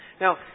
Now